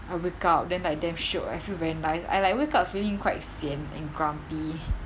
I wake up then like damn shiok I feel very nice I like wake up feeling quite sian and grumpy